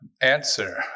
Answer